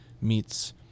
meets